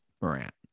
Morant